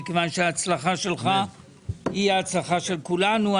מכיוון שההצלחה שלך היא ההצלחה של כולנו.